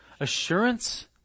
Assurance